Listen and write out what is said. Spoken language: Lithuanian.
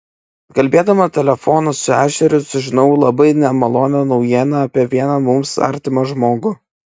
kalbėdama telefonu su ešeriu sužinojau labai nemalonią naujieną apie vieną mums artimą žmogų